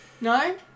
No